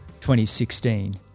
2016